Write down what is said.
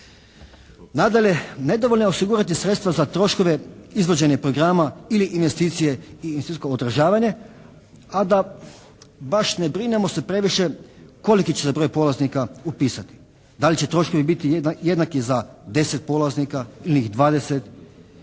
Nadalje, nedovoljno je osigurati sredstva za troškove izvođenja programa ili investicije i investicijsko održavanje a da baš ne brinemo se previše koliki će se broj polaznika upisati. Da li će troškovi biti jednaki za deset polaznika, ili dvadeset